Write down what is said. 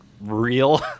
real